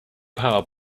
power